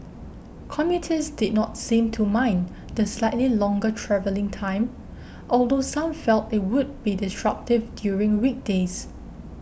commuters did not seem to mind the slightly longer travelling time although some felt it would be disruptive during weekdays